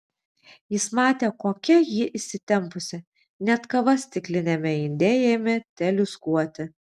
jis matė kokia ji įsitempusi net kava stikliniame inde ėmė teliūskuoti